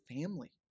family